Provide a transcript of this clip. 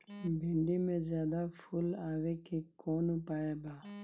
भिन्डी में ज्यादा फुल आवे के कौन उपाय बा?